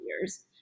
years